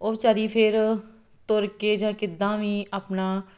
ਉਹ ਵਿਚਾਰੀ ਫਿਰ ਤੁਰ ਕੇ ਜਾਂ ਕਿੱਦਾਂ ਵੀ ਆਪਣਾ